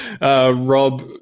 Rob